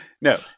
no